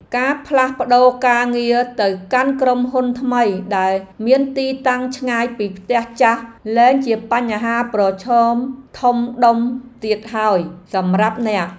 ការផ្លាស់ប្ដូរការងារទៅកាន់ក្រុមហ៊ុនថ្មីដែលមានទីតាំងឆ្ងាយពីផ្ទះចាស់លែងជាបញ្ហាប្រឈមធំដុំទៀតហើយសម្រាប់អ្នក។